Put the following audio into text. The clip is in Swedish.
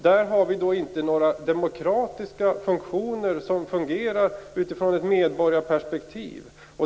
Där finns inte några demokratiska funktioner som fungerar med utgångspunkt i ett medborgarperspektiv.